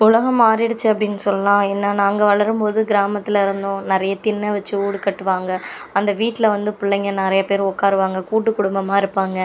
உலகம் மாறிடிச்சி அப்படின்னு சொல்லலாம் ஏன்னா நாங்கள் வளரும்போது கிராமத்தில் இருந்தோம் நிறைய திண்ணை வச்சு வீடு கட்டுவாங்க அந்த வீட்டில் வந்து பிள்ளைங்க நிறைய பேர் உட்காருவாங்க கூட்டுக் குடும்பமாக இருப்பாங்க